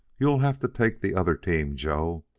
you'll have to take the other team, joe,